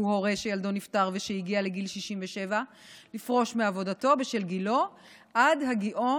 הורה שילדו נפטר ושהגיע לגיל 67 לפרוש מעבודתו בשל גילו עד הגיעו